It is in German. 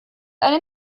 ein